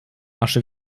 asche